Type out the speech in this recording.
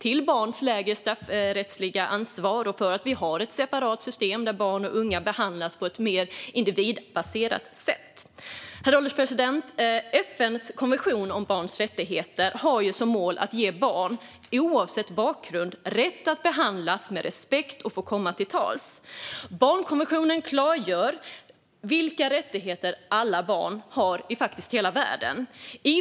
till barns lägre straffrättsliga ansvar och att vi har ett separat system där barn och unga behandlas på ett mer individbaserat sätt. Herr ålderspresident! FN:s konvention om barns rättigheter har som mål att ge barn oavsett bakgrund rätt att behandlas med respekt och att få komma till tals. Barnkonventionen klargör vilka rättigheter alla barn i hela världen har.